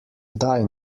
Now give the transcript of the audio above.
daj